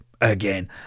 again